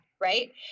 right